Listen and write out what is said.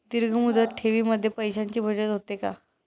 दीर्घ मुदत ठेवीमध्ये पैशांची बचत होते का?